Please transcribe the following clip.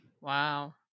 Wow